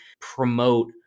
promote